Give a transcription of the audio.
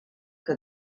que